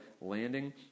landing